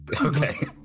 Okay